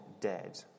dead